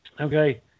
okay